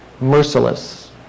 Merciless